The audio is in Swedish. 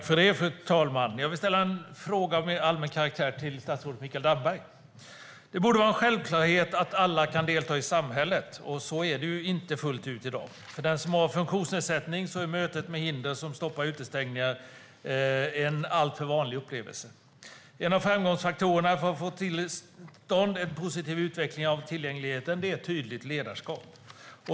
Fru talman! Jag vill ställa en fråga av mer allmän karaktär till statsrådet Mikael Damberg. Det borde vara en självklarhet att alla kan delta i samhället. Så är det inte fullt ut i dag. För den som har funktionsnedsättning är mötet med hinder som skapar utestängningar en alltför vanlig upplevelse. En av framgångsfaktorerna för att få till stånd en positiv utveckling av tillgängligheten är tydligt ledarskap.